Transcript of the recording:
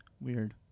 weird